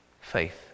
faith